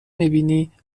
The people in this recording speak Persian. میبینی